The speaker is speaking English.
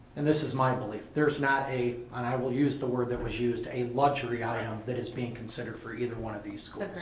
and this is my belief. there's not a, and i will use the word that was used, a luxury item that is being considered for either one of these